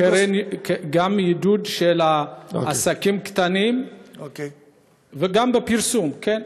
גם עידוד של עסקים קטנים וגם בפרסום, כן.